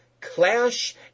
Clash